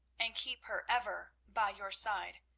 and keep her ever by your side,